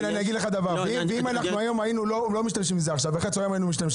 אם עכשיו לא היינו משתמשים בזה אלא אחר הצוהריים היינו משתמשים,